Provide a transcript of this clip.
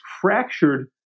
fractured